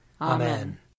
Amen